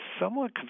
somewhat